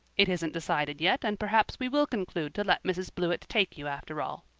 it isn't decided yet and perhaps we will conclude to let mrs. blewett take you after all.